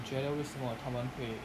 你觉得为什么他们会